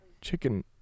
chicken